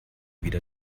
wieder